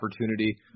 opportunity